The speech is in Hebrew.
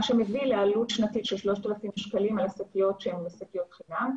מה שמביא לעלות שנתית של 3,000 שקלים על שקיות שהן בחינם.